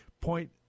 point